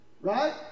Right